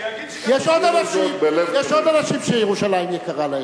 יש עוד אנשים שירושלים יקרה להם.